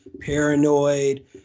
Paranoid